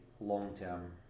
long-term